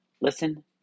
listen